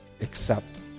accept